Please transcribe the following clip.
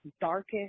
darkest